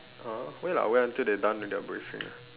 uh wait lah wait until they're done with their briefing ah